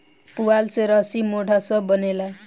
पुआरा से रसी, मोढ़ा सब बनेला